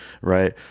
right